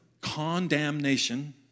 condemnation